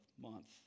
month